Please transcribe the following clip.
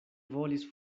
volis